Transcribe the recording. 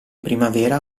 primavera